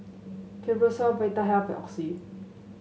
Vitahealth Oxy